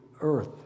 earth